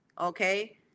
Okay